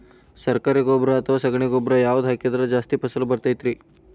ಸರಕಾರಿ ಗೊಬ್ಬರ ಅಥವಾ ಸಗಣಿ ಗೊಬ್ಬರ ಯಾವ್ದು ಹಾಕಿದ್ರ ಜಾಸ್ತಿ ಫಸಲು ಬರತೈತ್ರಿ?